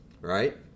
right